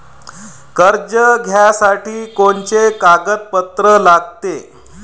कर्ज घ्यासाठी कोनचे कागदपत्र लागते?